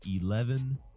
eleven